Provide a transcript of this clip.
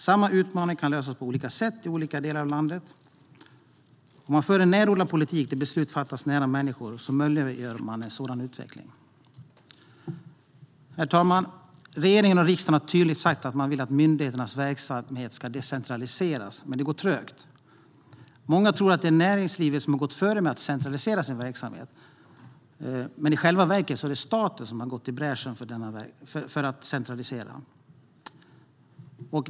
Samma utmaning kan lösas på olika sätt i olika delar av landet. Om man för en närodlad politik, där beslut fattas nära människor, möjliggör man en sådan utveckling. Herr talman! Regeringen och riksdagen har tydligt sagt att man vill att myndigheternas verksamhet ska decentraliseras, men det går trögt. Många tror att det är näringslivet som gått före med att centralisera verksamhet. I själva verket är det staten som har gått i bräschen för att centralisera.